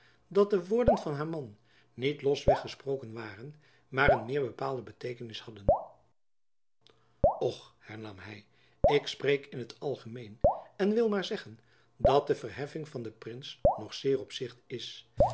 dat de woorden van haar man niet los weg gesproken waren maar een meer bepaalde beteekenis hadden jacob van lennep elizabeth musch och hernam hy ik spreek in t algemeen en wil maar zeggen dat de verheffing van den prins nog zeer op zicht is